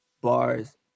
bars